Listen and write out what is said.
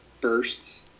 bursts